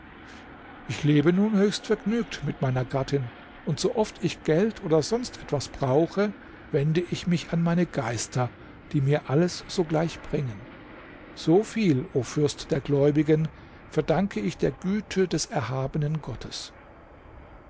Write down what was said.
ich lebe nun höchst vergnügt mit meiner gattin und so oft ich geld oder sonst etwas brauche wende ich mich an meine geister die mir alles sogleich bringen so viel o fürst der gläubigen verdanke ich der güte des erhabenen gottes